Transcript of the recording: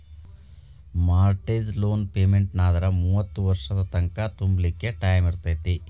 mortgage loan ಪೆಮೆನ್ಟಾದ್ರ ಮೂವತ್ತ್ ವರ್ಷದ್ ತಂಕಾ ತುಂಬ್ಲಿಕ್ಕೆ ಟೈಮಿರ್ತೇತಿ